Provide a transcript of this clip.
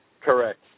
Correct